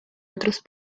otros